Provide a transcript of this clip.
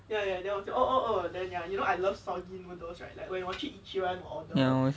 ya um